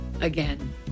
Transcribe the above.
again